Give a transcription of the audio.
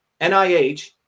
nih